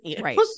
right